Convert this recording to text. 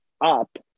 up